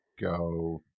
go